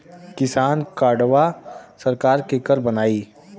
किसान कार्डवा सरकार केकर बनाई?